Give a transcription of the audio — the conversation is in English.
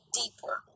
deeper